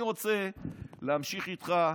אני רוצה להמשיך איתך,